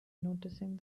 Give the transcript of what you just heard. noticing